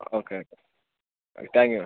okay okay thank you madam